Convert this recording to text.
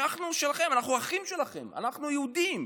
אנחנו משלכם, אנחנו אחים שלכם, אנחנו יהודים.